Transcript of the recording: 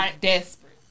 desperate